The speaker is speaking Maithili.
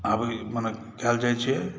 आबैत मने कयल जाइत छै